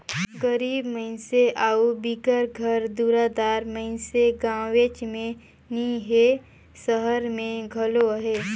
गरीब मइनसे अउ बिगर घर दुरा दार मइनसे गाँवेच में नी हें, सहर में घलो अहें